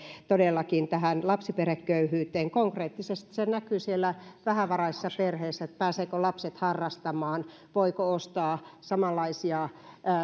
todellakin vastaamaan tähän lapsiperheköyhyyteen konkreettisesti se näkyy siellä vähävaraisissa perheissä siinä pääsevätkö lapset harrastamaan voiko ostaa samanlaisia